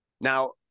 Now